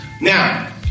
Now